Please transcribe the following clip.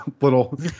little